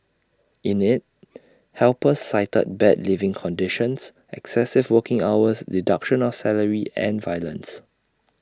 in IT helpers cited bad living conditions excessive working hours deduction of salary and violence